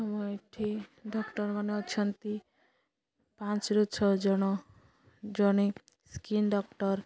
ଆମ ଏଇଠି ଡକ୍ଟର୍ ମାନେ ଅଛନ୍ତି ପାଞ୍ଚରୁ ଛଅ ଜଣ ଜଣେ ସ୍କିନ୍ ଡକ୍ଟର୍